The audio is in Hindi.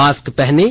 मास्क पहनें